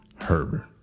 Herbert